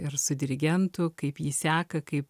ir su dirigentu kaip jį seka kaip